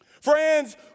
Friends